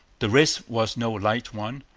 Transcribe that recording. the risk was no light one.